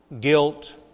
guilt